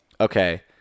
okay